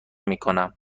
میکنم